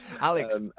Alex